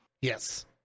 Yes